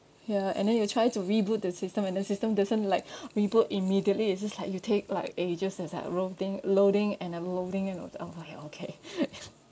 ya and then you try to reboot the system and then system doesn't like reboot immediately it's just like you take like ages it's like loading loading and uh loading and I was like okay